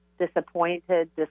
disappointed